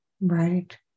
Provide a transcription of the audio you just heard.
Right